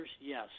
Yes